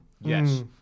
Yes